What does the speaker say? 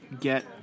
get